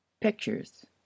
pictures